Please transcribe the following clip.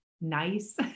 nice